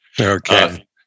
Okay